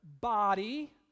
body